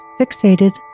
fixated